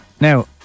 Now